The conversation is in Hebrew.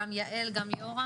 גם יעל וגם ליאורה,